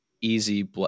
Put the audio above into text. Easy